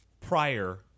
prior